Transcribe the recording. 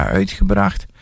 uitgebracht